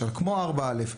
כמו 4א,